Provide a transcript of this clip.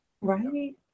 right